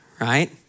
right